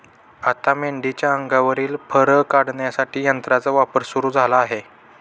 आता मेंढीच्या अंगावरील फर काढण्यासाठी यंत्राचा वापर सुरू झाला आहे